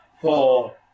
four